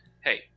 hey